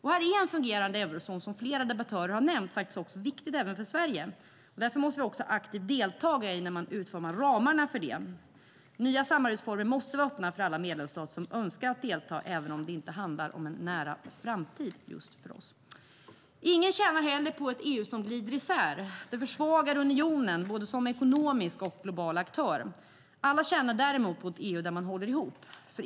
Här är en fungerande eurozon, som flera debattörer har nämnt, viktig även för Sverige. Därför måste vi också aktivt delta när man utformar ramarna för denna. Nya samarbetsformer måste vara öppna för alla medlemsstater som önskar delta även om det inte handlar om en nära framtid just för oss. Ingen tjänar heller på ett EU som glider isär. Det försvagar unionen som både ekonomisk och global aktör. Alla tjänar däremot på ett EU där man håller ihop.